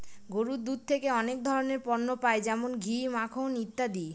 গরুর দুধ থেকে অনেক ধরনের পণ্য পাই যেমন ঘি, মাখন ইত্যাদি